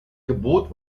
gebot